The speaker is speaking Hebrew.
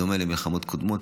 בדומה למלחמות קודמות,